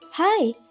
Hi